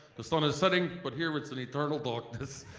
the sun is setting but here it's an eternal darkness